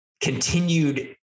continued